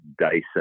Dyson